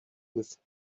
with